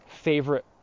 favorite